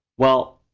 well,